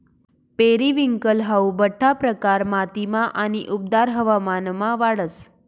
periwinkle हाऊ बठ्ठा प्रकार मातीमा आणि उबदार हवामानमा वाढस